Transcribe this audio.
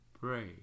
Pray